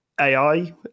AI